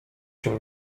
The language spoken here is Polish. się